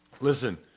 Listen